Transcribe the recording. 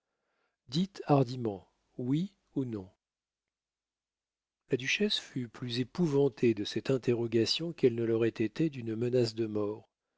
dites hardiment oui ou non la duchesse fut plus épouvantée de cette interrogation qu'elle ne l'aurait été d'une menace de mort